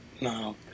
No